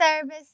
service